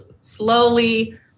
slowly